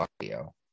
audio